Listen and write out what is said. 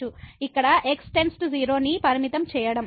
కాబట్టి ఇక్కడ x → 0 ని లిమిట్ ం చేయండి